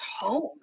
home